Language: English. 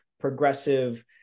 progressive